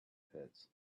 pits